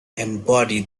embody